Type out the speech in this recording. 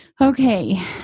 Okay